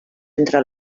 entre